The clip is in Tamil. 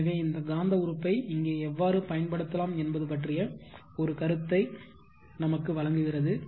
எனவே இந்த காந்த உறுப்பை இங்கே எவ்வாறு பயன்படுத்தலாம் என்பது பற்றிய ஒரு கருத்தை நமக்கு வழங்குகிறது